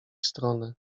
stronę